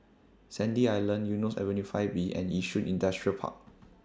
Sandy Island Eunos Avenue five B and Yishun Industrial Park